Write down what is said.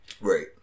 Right